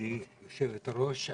גברתי יושבת-הראש,